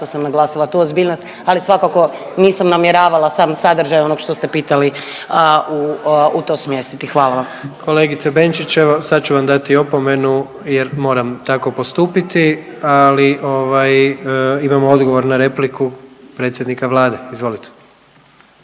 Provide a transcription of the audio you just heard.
zato sam naglasila tu ozbiljnost. Ali svakako nisam namjeravala sam sadržaj onog što što ste pitali u to smjestiti. Hvala vam. **Jandroković, Gordan (HDZ)** Kolegice Benčić, evo sad ću vam dati opomenu jer moram tako postupiti, ali imamo odgovor na repliku predsjednika Vlade. Izvolite.